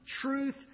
truth